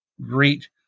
great